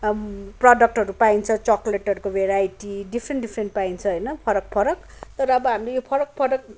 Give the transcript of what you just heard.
प्रडक्टहरू पाइन्छ चकलेटहरूको भेराइटी डिफ्रेन्ट डिफ्रेन्ट पाइन्छ होइन फरक फरक तर अब हामीले यो फरक फरक